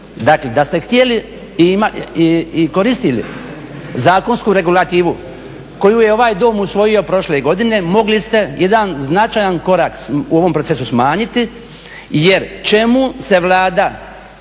Dakle, da ste htjeli i koristili zakonsku regulativu koju je ovaj Dom usvojio prošle godine mogli ste jedan značajan korak u ovom procesu smanjiti, jer čemu se Vlada